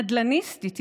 נדל"ניסטית,